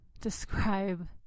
describe